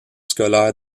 scolaire